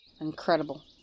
Incredible